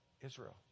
Israel